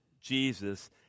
Jesus